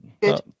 good